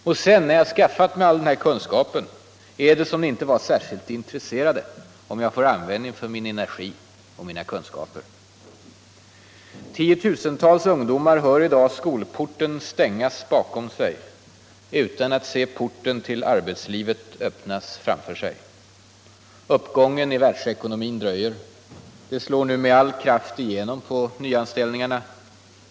Och sedan, när jag skaffat mig all den här kunskapen, är det som om ni inte vore särskilt intresserade om jag får användning för min energi och mina kunskaper. Tiotusentals ungdomar hör i dag skolporten stängas bakom sig utan att se porten till arbetslivet öppnas framför sig. Uppgången i världsekonomin dröjer. Det slår nu med all kraft igenom på nyanställningarna.